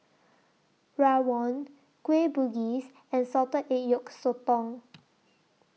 Rawon Kueh Bugis and Salted Egg Yolk Sotong